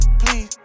please